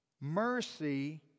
Mercy